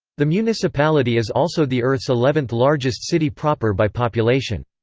the municipality is also the earth's eleventh largest city proper by population.